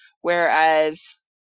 Whereas